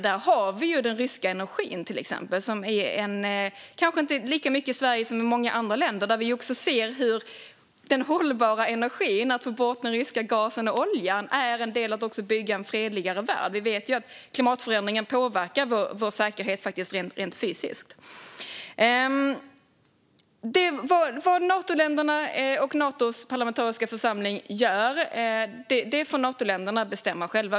När det gäller den ryska energin ser vi - kanske inte lika mycket i Sverige som i många andra länder - hur den hållbara energin, att ta bort den ryska gasen och oljan, också är en del i att bygga en fredligare värld. Vi vet ju att klimatförändringen faktiskt påverkar vår säkerhet rent fysiskt. Vad Natoländerna och Natos parlamentariska församling gör får Natoländerna bestämma själva.